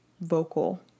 vocal